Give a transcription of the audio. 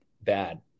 bad